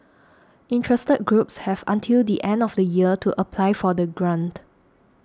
interested groups have until the end of the year to apply for the grant